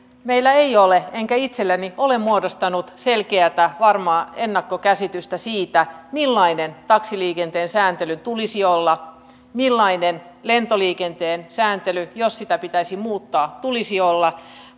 meillä ei ole enkä itselleni ole muodostanut selkeätä varmaa ennakkokäsitystä siitä millainen taksiliikenteen sääntelyn tulisi olla millainen lentoliikenteen sääntelyn jos sitä pitäisi muuttaa tulisi olla